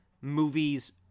movies